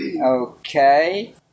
Okay